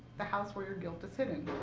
the house where your guilt is hidden.